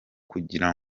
kugira